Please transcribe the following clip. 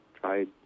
tried